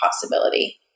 possibility